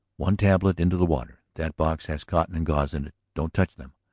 one tablet into the water. that box has cotton and gauze in it. don't touch them!